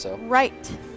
Right